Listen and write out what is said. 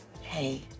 Hey